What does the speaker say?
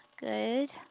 Good